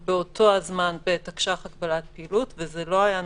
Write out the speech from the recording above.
באותו הזמן בתקש"ח הגבלת פעילות וזה לא היה נכון.